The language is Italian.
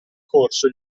corso